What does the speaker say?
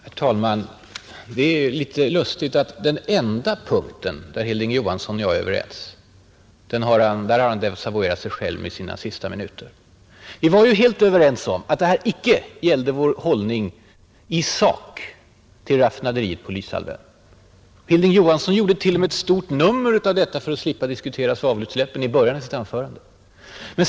Herr talman! Det är litet lustigt att på den enda punkt där Hilding Johansson och jag är överens har han de senaste minuterna desavuerat sig själv. Vi var ju eniga om att detta inte gällde vår hållning i sak till raffinaderiet på Lysehalvön. Hilding Johansson gjorde t.o.m. ett stort nummer av det i början av sitt anförande för att slippa diskutera svavelutsläppen.